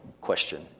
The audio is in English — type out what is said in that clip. question